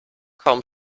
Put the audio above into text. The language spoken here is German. kaum